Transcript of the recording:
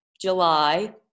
July